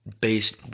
based